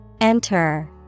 Enter